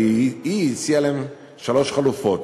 והיא הציעה להם שלוש חלופות,